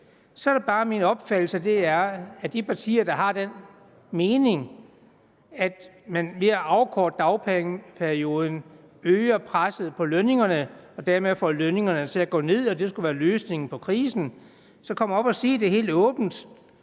så er det bare min opfattelse, at de partier, der har den mening, altså at man ved at afkorte dagpengeperioden øger presset på lønningerne og dermed får lønningerne til at gå ned, og at det skulle være løsningen på krisen, skal komme op og sige det helt åbent,